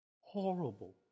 horrible